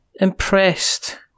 impressed